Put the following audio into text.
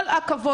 כל הכבוד.